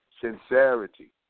sincerity